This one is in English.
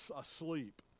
asleep